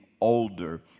older